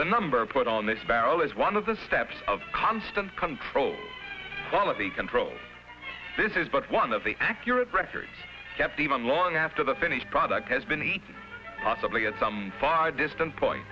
the number put on this barrel is one of the steps of constant control quality control this is but one of the accurate records kept even long after the finished product has been eaten possibly at some far distant point